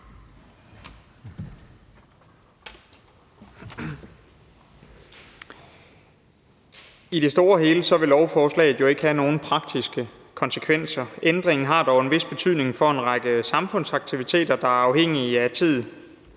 I det store hele vil lovforslaget jo ikke have nogen praktiske konsekvenser. Ændringen har dog en vis betydning for en række samfundsaktiviteter, der er afhængige af tid,